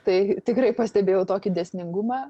tai tikrai pastebėjau tokį dėsningumą